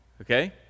Okay